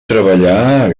treballar